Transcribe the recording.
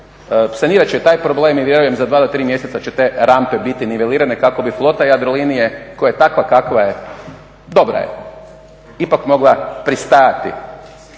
sanirat će taj problem i vjerujem za 2 do 3 mjeseca će te rampe biti nivelirane kako bi flota Jadrolinije koja je takva kakva je, dobra je, ipak mogla pristajati